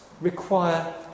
require